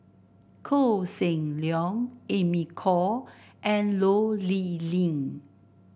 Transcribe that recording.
Koh Seng Leong Amy Khor and Toh Liying